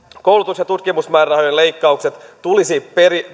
koulutus ja tutkimusmäärärahojen leikkaukset tulisi